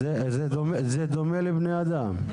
זה דומה לבני אדם.